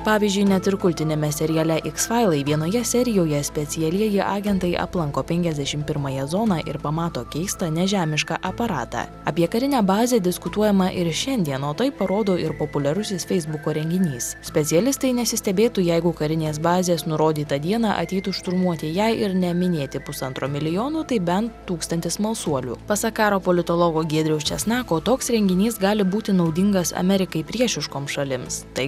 pavyzdžiui net ir kultiniame seriale iks failai vienoje serijoje specialieji agentai aplanko penkiasdešim pirmąją zoną ir pamato keistą nežemišką aparatą apie karinę bazę diskutuojama ir šiandien o tai parodo ir populiarusis feisbuko renginys specialistai nesistebėtų jeigu karinės bazės nurodytą dieną ateitų šturmuoti jei ir ne minėti pusantro milijonų tai bent tūkstantis smalsuolių pasak karo politologo giedriaus česnako toks renginys gali būti naudingas amerikai priešiškoms šalims tai